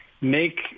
make